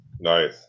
nice